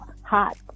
hot